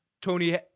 Tony